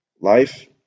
Life